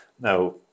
Now